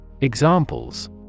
Examples